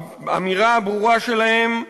האמירה הברורה שלהם היא,